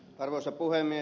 arvoisa puhemies